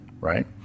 right